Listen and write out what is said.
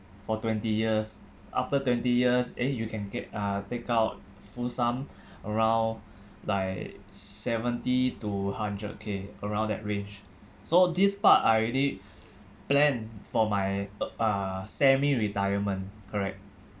for twenty years after twenty years eh you can get uh take out full sum around like seventy to hundred K around that range so this part I already plan for my uh uh semi retirement correct